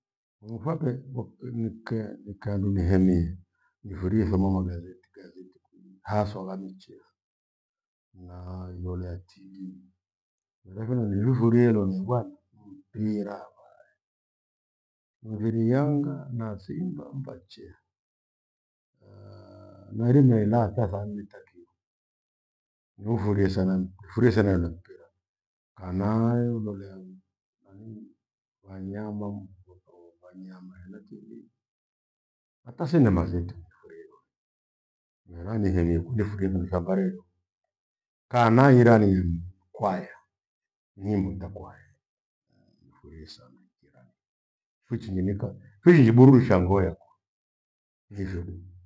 Nifuape kwak- nike- nikehadu nihemie, nifurie ithoma magatheti- gatheti kuli, hathwa gha michezo na ilolea timu. Irokena nalirufurie loni kwane, mpira havae mfiri yanga na simba mbachea, nairima ilaa ata thaa nne takio. Niufurie sana, nifurie sana ilolea mpira, kana ilolea nanii wanyama mvuto wanyama hena TV, hata sinema zetu nifurie. Ena nihi nikunde furie kwani safari edo kana hiranii kwaya, nyimbo gha kwaya nifurie sana, kiran fuchininika phiri njiburidisha ngoya ivo du.